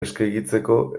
eskegitzeko